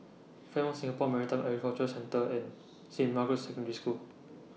Fairmont Singapore Marine Aquaculture Centre and Saint Margaret's Secondary School